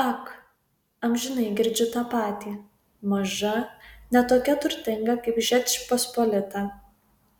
ak amžinai girdžiu tą patį maža ne tokia turtinga kaip žečpospolita